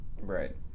Right